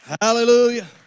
Hallelujah